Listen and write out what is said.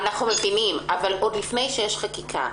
אנחנו מבינים אבל עוד לפני שיש חקיקה,